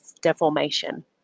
deformation